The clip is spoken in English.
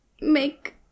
make